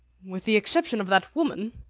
with the exception of that woman,